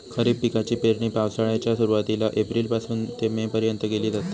खरीप पिकाची पेरणी पावसाळ्याच्या सुरुवातीला एप्रिल पासून ते मे पर्यंत केली जाता